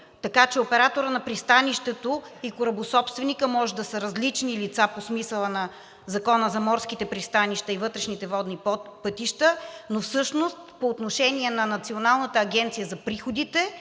така че операторът на пристанището и корабособственикът може да са различни лица по смисъла на Закона за морските пристанища и вътрешните водни пътища, но всъщност по отношение на Националната агенция за приходите,